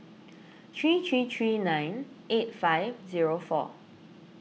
three three three nine eight five zero four